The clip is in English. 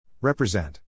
Represent